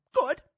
good